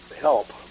help